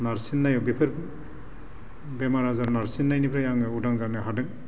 नारसिननाय बेफोर बेमार आजार नारसिनायनिफ्राय आङो उदां जानो हादों